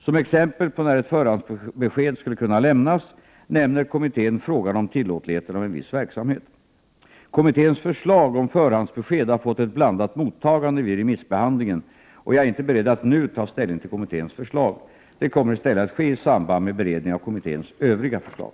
Som exempel på när ett förhandsbesked skulle kunna lämnas nämner kommittén frågan om tillåtligheten av en viss verksamhet. Kommitténs förslag om förhandsbesked har fått ett blandat mottagande vid remissbehandlingen. Jag är inte beredd att nu ta ställning till kommitténs förslag. Detta kommer i stället att ske i samband med beredningen av kommitténs övriga förslag.